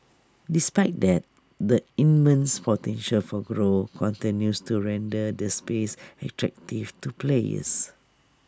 despite that the immense potential for growth continues to render the space attractive to players